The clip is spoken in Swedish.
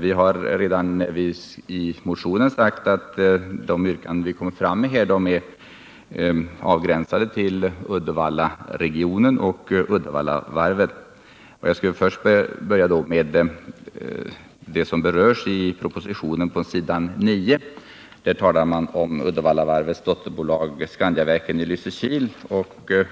Vi har redan i motionen sagt att de yrkanden vi kommer fram med hår är avgränsade till Uddevallaregionen och Uddevallavarvet. Jag skall börja med det som berörs i propositionen på s. 9, att Uddevallavarvets dotterbolag Skandiaverken i Lysekil